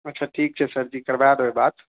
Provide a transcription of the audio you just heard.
अच्छा ठीक छै सर जी करबा देबै बात